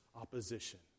opposition